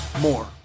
more